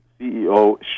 CEO